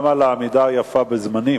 גם על העמידה היפה בזמנים.